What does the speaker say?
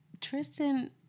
Tristan